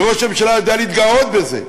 וראש הממשלה יודע להתגאות בזה,